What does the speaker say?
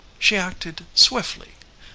she acted swiftly.